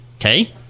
okay